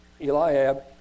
Eliab